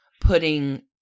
putting